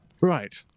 Right